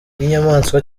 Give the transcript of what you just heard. y’inyamaswa